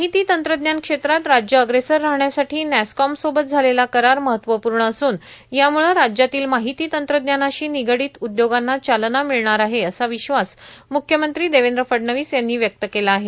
माहिती तंत्रज्ञान क्षेत्रात राज्य अग्रेसर राहण्यासाठी नॅसकॉम सोबत झालेला करार महत्वपूर्ण असून यामुळे राज्यातील माहिती तंत्रज्ञानाशी निगाडीत उदयोगांना चालना मिळणार आहे असा विश्वास मुख्यमंत्री देवेंद्र फडणवीस यांनी व्यक्त केला आहे